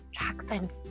Jackson